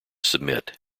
submit